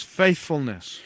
faithfulness